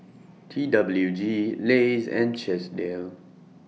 T W G Lays and Chesdale